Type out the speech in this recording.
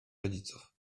rodziców